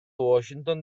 washington